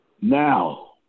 Now